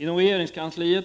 Inom regeringskansliet